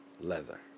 Leather